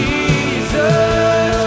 Jesus